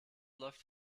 läuft